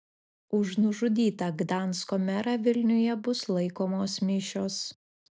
už nužudytą gdansko merą vilniuje bus laikomos mišios